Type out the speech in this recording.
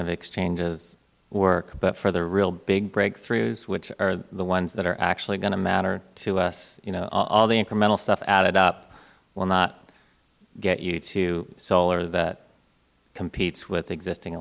of exchanges work but for the real big breakthroughs which are the ones that are actually going to matter to us all the incremental stuff added up will not get you to solar that competes with existing